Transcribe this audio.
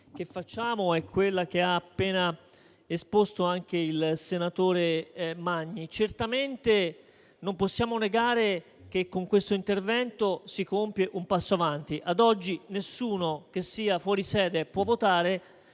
che facciamo è quella che ha appena esposto il senatore Magni. Certamente non possiamo negare che con questo intervento si compie un passo avanti. Ad oggi nessuno che sia fuori sede può votare,